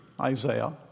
Isaiah